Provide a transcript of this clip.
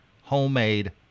homemade